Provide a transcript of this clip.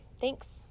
Thanks